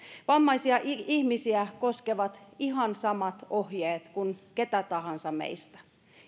vammaisia ihmisiä koskevat ihan samat ohjeet kuin ketä tahansa meistä